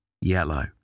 yellow